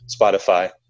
spotify